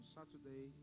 Saturday